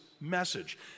message